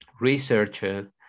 researchers